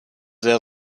sehr